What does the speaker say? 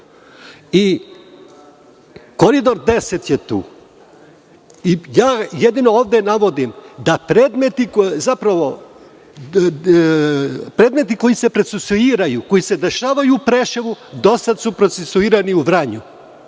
I Koridor 10 je tu. Ja jedino ovde navodim da predmeti koji se procesuiraju, koji se dešavaju u Preševu, do sada su procesuirani u Vranju.